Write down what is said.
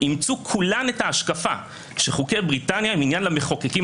אימצו כולן את ההשקפה שחוקי בריטניה הם עניין למחוקקים